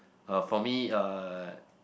uh for me uh